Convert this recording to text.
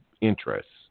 interests